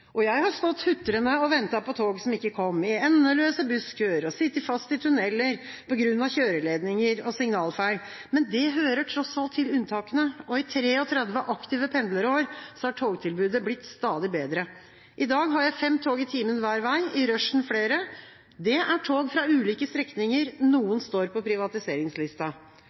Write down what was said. Jeg har stått hutrende og ventet på tog som ikke kom, i endeløse busskøer og sittet fast i tunneler på grunn av kjøreledninger og signalfeil. Men det hører tross alt til unntakene. I 33 aktive pendlerår har togtilbudet blitt stadig bedre. I dag har jeg fem tog i timen hver vei, i rushtida flere. Det er tog fra ulike strekninger, noen står på privatiseringslista.